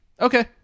Okay